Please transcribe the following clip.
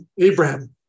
Abraham